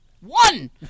one